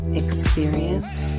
experience